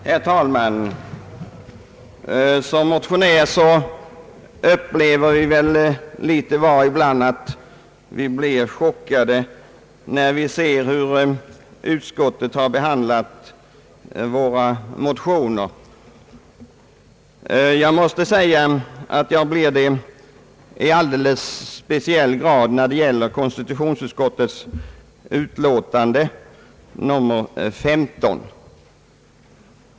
Herr talman! Som motionärer upplever vi väl litet var ibland att vi blir chockade när vi ser hur utskottet har behandlat våra motioner. Jag måste säga att jag blir det i alldeles speciell grad när det gäller konstitutionsutskottets utlåtande nr 15.